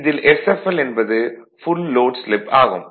இதில் sfl என்பது full load slip ஆகும்